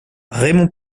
raymond